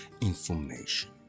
information